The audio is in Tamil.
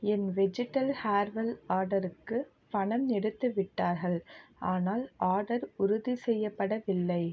என் வெஜிடல் ஹேர் வெல் ஆர்டருக்கு பணம் எடுத்துவிட்டார்கள் ஆனால் ஆர்டர் உறுதி செய்யப்படவில்லை